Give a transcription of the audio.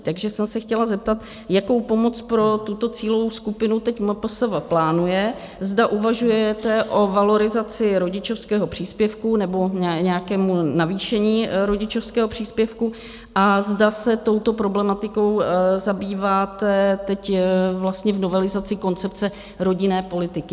Takže jsem se chtěla zeptat, jakou pomoc pro tuto cílovou skupinu teď MPSV plánuje, zda uvažujete o valorizaci rodičovského příspěvku nebo nějakém navýšení rodičovského příspěvku a zda se touto problematikou zabýváte teď vlastně v novelizaci koncepce rodinné politiky.